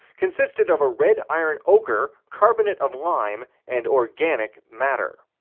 consisted of red iron ocher, carbonate of lime, and organic matter.